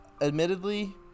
Admittedly